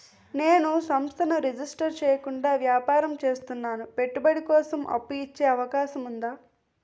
నేను సంస్థను రిజిస్టర్ చేయకుండా వ్యాపారం చేస్తున్నాను పెట్టుబడి కోసం అప్పు ఇచ్చే అవకాశం ఉందా?